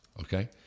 okay